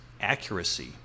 accuracy